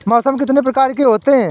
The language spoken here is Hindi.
मौसम कितनी प्रकार के होते हैं?